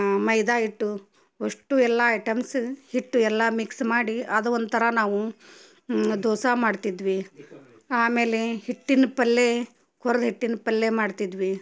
ಮೈದಾ ಹಿಟ್ಟು ಅಷ್ಟೂ ಎಲ್ಲ ಐಟಮ್ಸ ಹಿಟ್ಟು ಎಲ್ಲ ಮಿಕ್ಸ್ ಮಾಡಿ ಅದು ಒಂಥರ ನಾವು ದೋಸೆ ಮಾಡ್ತಿದ್ವಿ ಆಮೇಲೆ ಹಿಟ್ಟಿನ ಪಲ್ಯ ಕೊರ್ದು ಹಿಟ್ಟಿನ ಪಲ್ಯ ಮಾಡ್ತಿದ್ವಿ